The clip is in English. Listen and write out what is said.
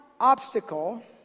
obstacle